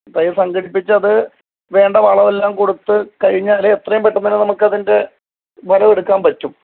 തൈ സംഘടിപ്പിച്ച് അത് വേണ്ട വളമെല്ലാം കൊടുത്ത് കഴിഞ്ഞാലേ എത്രയും പെട്ടെന്ന് തന്നെ നമുക്ക് അതിൻ്റെ ഫലം എടുക്കാൻ പറ്റും